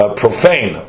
profane